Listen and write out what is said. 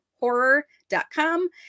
horror.com